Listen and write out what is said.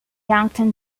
yankton